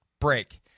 break